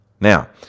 Now